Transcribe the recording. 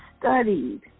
Studied